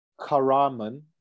Karaman